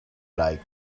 like